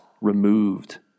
removed